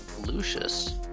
Lucius